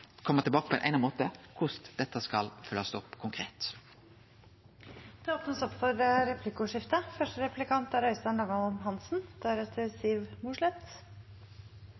tilbake på ein eigna måte om korleis dette skal følgjast opp konkret. Det blir replikkordskifte.